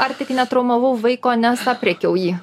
ar tik netraumavau vaiko nes aprėkiau jį